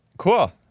Cool